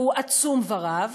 והוא עצום ורב,